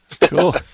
Cool